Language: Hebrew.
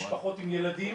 למשפחות עם ילדים,